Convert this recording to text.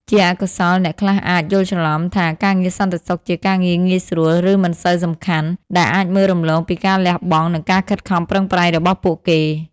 ជាអកុសល អ្នកខ្លះអាច យល់ច្រឡំ ថាការងារសន្តិសុខជាការងារងាយស្រួល ឬមិនសូវសំខាន់ ដែលអាចមើលរំលងពីការលះបង់ និងការខិតខំប្រឹងប្រែងរបស់ពួកគេ។